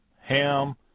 Ham